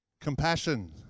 Compassion